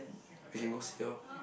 we can go see lor